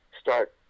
start